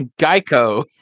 Geico